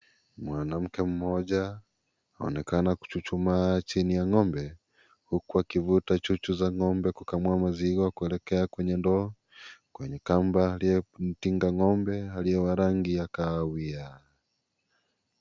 Mwanamke mmoja aonekana kuchuchuma chini ya ngombe, huku akivuta chuchu za ngombe kukamua maziwa kwelekea kwenye ndoo, kwenye kamba uliommfunga ngombe alie wa rangi ya kahawia.